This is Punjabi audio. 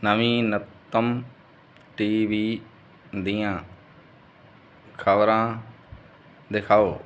ਨਵੀਨਤਮ ਟੀਵੀ ਦੀਆਂ ਖ਼ਬਰਾਂ ਦਿਖਾਓ